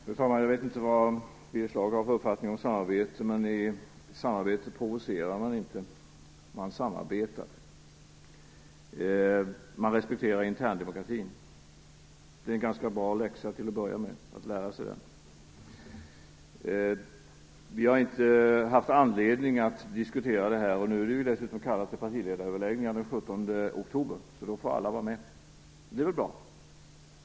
Fru talman! Jag vet inte vad Birger Schlaug har för uppfattning om samarbete, men i samarbete provocerar man inte - man samarbetar. Man respekterar interndemokratin. Det är till att börja med en ganska bra läxa att lära sig. Vi har inte haft anledning att diskutera det här. Det har nu dessutom kallats till partiledaröverläggningar den 17 oktober, då alla får vara med. Det är väl bra.